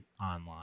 online